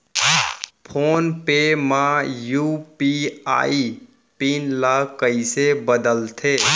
Phone पे म UPI PIN ल कइसे बदलथे?